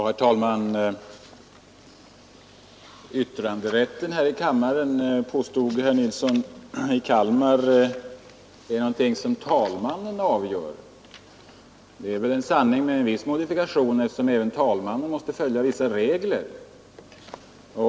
Herr talman! Yttranderätten här i kammaren, påstod herr Nilsson i Kalmar, är något som talmannen avgör. Det är väl en sanning med modifikation, eftersom även talmannen måste följa vissa regler.